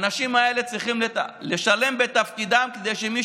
האנשים האלה צריכים לשלם בתפקידם כדי שמי